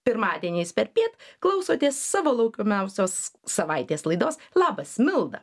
pirmadieniais perpiet klausotės savo laukiamiausios savaitės laidos labas milda